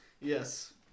Yes